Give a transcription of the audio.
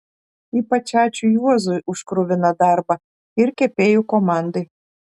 ypač ačiū juozui už kruviną darbą ir kepėjų komandai